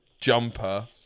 jumper